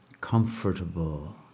comfortable